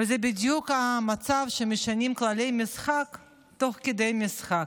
וזה בדיוק המצב שמשנים כללי משחק תוך כדי משחק.